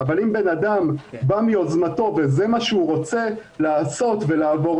אבל אם אדם בא מיוזמתו וזה מה שהוא רוצה לעשות ולעבור,